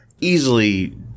easily